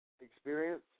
experience